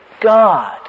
God